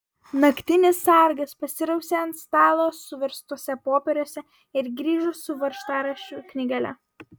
naktinis sargas pasirausė ant stalo suverstuose popieriuose ir grįžo su važtaraščių knygele